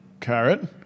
carrot